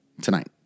tonight